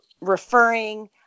referring